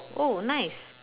oh nice